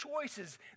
choices